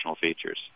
features